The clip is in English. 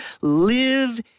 live